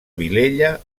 vilella